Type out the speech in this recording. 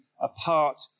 apart